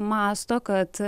mąsto kad